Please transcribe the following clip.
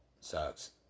Sucks